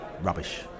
rubbish